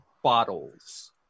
bottles